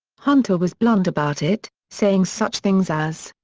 hunter was blunt about it, saying such things as.